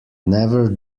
never